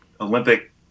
Olympic